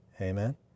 Amen